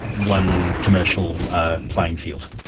one commercial playing field.